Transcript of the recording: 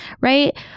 Right